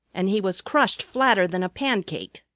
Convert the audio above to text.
and he was crushed flatter than a pancake.